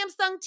Samsung